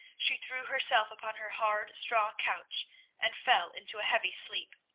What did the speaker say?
she threw herself upon her hard straw couch and fell into a heavy sleep.